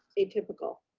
atypical.